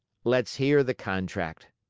let's hear the contract!